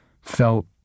felt